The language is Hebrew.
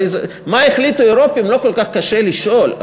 מה החליטו האירופים, לא כל כך קשה לשאול.